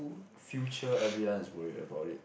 future everyone is worry about it